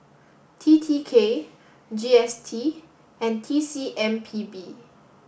T T K G S T and T C M P B